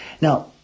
Now